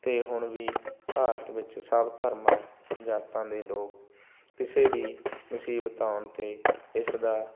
ਅਤੇ ਹੁਣ ਵੀ ਭਾਰਤ ਵਿੱਚ ਸਭ ਧਰਮ ਜਾਤਾਂ ਦੇ ਲੋਕ ਕਿਸੇ ਵੀ ਮੁਸੀਬਤ ਆਉਣ 'ਤੇ ਇਸ ਦਾ